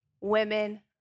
Women